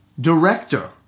director